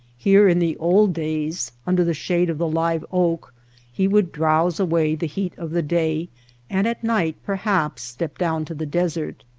here in the old days under the shade of the live-oak he would drowse away the heat of the day and at night perhaps step down to the desert.